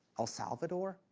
el salvador,